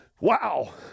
Wow